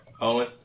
Owen